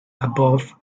above